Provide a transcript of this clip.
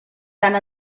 tant